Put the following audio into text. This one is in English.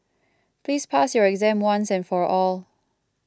please pass your exam once and for all